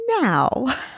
Now